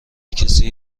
کسی